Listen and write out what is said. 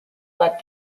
let